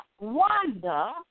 wonder